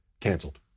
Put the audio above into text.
canceled